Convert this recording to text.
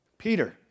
Peter